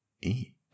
eat